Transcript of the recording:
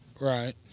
Right